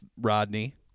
Rodney